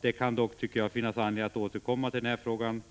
Det kan dock, tycker jag, finnas anledning att återkomma till den frågan.